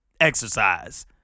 exercise